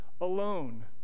alone